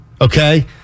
okay